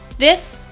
this,